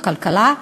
הכלכלה,